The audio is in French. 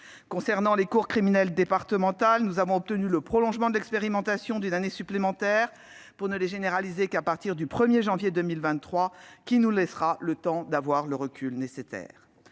Concernant les cours criminelles départementales, nous avons obtenu le prolongement de l'expérimentation d'une année supplémentaire pour ne les généraliser qu'à partir du 1 janvier 2023, ce qui nous laissera le recul nécessaire.